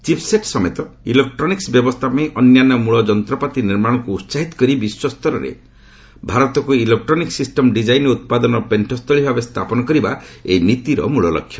chipset ସମେତ electronic ବ୍ୟବସ୍ଥା ପାଇଁ ଅନ୍ୟାନ୍ୟ ମୂଳ ଯନ୍ତ୍ରପାତି ନିର୍ମାଣକୁ ଉତ୍ପାହିତ କରି ବିଶ୍ୱସ୍ତରରେ ଭାରତକୁ ଇଲେକ୍ଟ୍ରୋନିକ୍ଟ ସିଷ୍ଟମ ଡିଜାଇନ୍ ଓ ଉତ୍ପାଦନ ପେଶ୍ଚ ସ୍ଥଳୀ ଭାବେ ସ୍ଥାପନ କରିବା ଏହି ନୀତିର ମୂଳ ଲକ୍ଷ୍ୟ